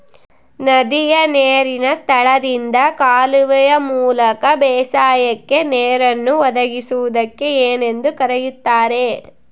ನದಿಯ ನೇರಿನ ಸ್ಥಳದಿಂದ ಕಾಲುವೆಯ ಮೂಲಕ ಬೇಸಾಯಕ್ಕೆ ನೇರನ್ನು ಒದಗಿಸುವುದಕ್ಕೆ ಏನೆಂದು ಕರೆಯುತ್ತಾರೆ?